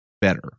better